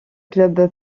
club